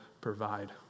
provide